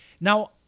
now